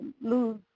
lose